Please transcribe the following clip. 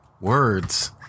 words